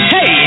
Hey